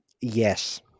Yes